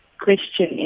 question